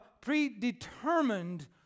predetermined